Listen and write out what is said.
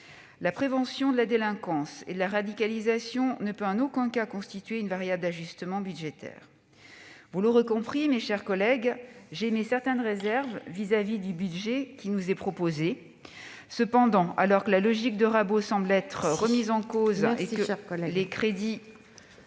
La prévention de la délinquance et de la radicalisation ne peut en aucun cas constituer une variable d'ajustement budgétaire. Il faut conclure. Vous l'aurez compris, mes chers collègues, j'émets certaines réserves à l'égard du budget qui nous est proposé. Cependant, alors que la logique de rabot semble être remise en cause ... Merci,